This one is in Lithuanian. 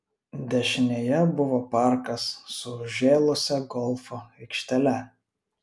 dešinėje buvo parkas su užžėlusia golfo aikštele